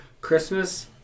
Christmas